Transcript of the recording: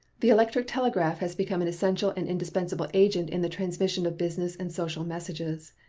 the electric telegraph has become an essential and indispensable agent in the transmission of business and social messages.